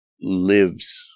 lives